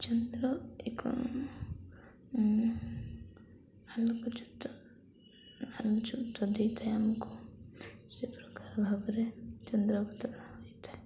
ଚନ୍ଦ୍ର ଏକ ଆଲୋକ ଯୁକ୍ତ ଆଲୋକ ଯୁକ୍ତ ଦେଇଥାଏ ଆମକୁ ସେ ପ୍ରକାର ଭାବରେ ଚନ୍ଦ୍ର ଅବତରଣ ହୋଇଥାଏ